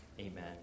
Amen